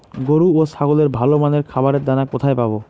গরু ও ছাগলের ভালো মানের খাবারের দানা কোথায় পাবো?